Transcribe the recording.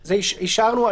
זה אישרנו.